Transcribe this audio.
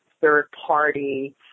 third-party